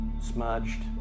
Smudged